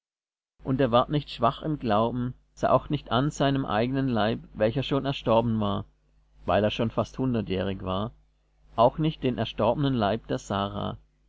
und er ward nicht schwach im glauben sah auch nicht an seinem eigenen leib welcher schon erstorben war weil er schon fast hundertjährig war auch nicht den erstorbenen leib der sara